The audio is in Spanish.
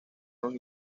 los